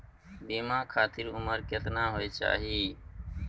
बीमा खातिर उमर केतना होय चाही?